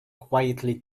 quietly